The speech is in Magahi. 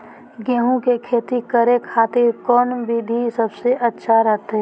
गेहूं के खेती करे खातिर कौन विधि सबसे अच्छा रहतय?